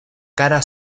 cara